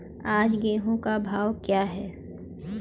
आज गेहूँ का भाव क्या है?